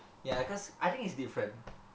ya cause I think it's different